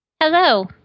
Hello